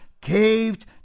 caved